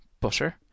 butter